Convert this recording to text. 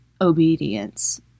obedience